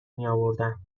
میاوردم